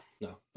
no